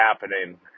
happening